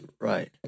Right